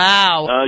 Wow